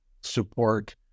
support